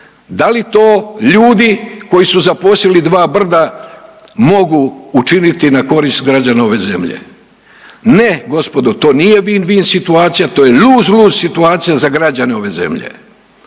Da li to ljudi koji su zaposjeli dva brda mogu učiniti na korist građana ove zemlje? Ne gospodo, to nije win-win situacija, to je lose- lose situacija za građane ove zemlje.